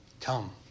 come